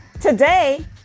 Today